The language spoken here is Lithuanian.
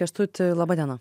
kęstuti labadiena